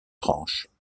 tranche